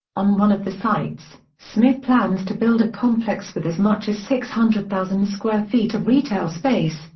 on one of the sites, smith plans to build a complex with as much as six hundred thousand square feet of retail space,